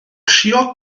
trio